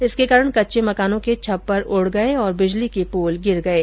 इसके कारण कच्चे मकानों के छप्पर उड़ गये और बिजली के पोल गिर गये